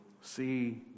see